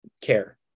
care